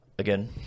Again